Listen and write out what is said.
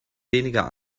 weniger